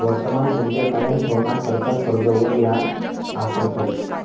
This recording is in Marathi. वर्तमान मूल्य कायम ठेवाणाकरता कर्जवर याज आकारतस